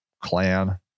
clan